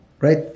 Right